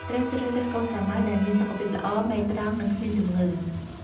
ត្រូវជ្រើសរើសកូនសាវម៉ាវដែលមានសុខភាពល្អ មែកត្រង់ និងគ្មានជំងឺ។